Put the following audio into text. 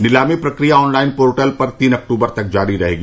नीलामी प्रक्रिया online portal पर तीन अक्तूबर तक जारी रहेगी